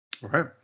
right